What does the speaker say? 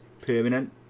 permanent